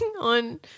on